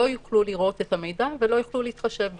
לא יוכלו לראות את המידע ולא יוכלו להתחשב בו.